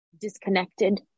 disconnected